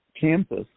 campus